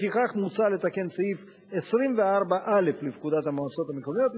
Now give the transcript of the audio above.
לפיכך מוצע לתקן את סעיף 24א לפקודת המועצות המקומיות,